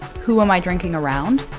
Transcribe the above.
who am i drinking around?